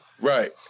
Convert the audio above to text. Right